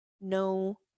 No